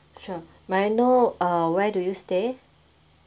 sure may I know uh where do you stay